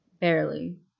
barely